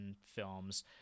films